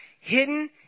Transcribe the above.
hidden